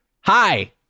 Hi